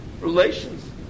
relations